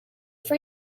for